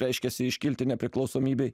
reiškiasi iškilti nepriklausomybei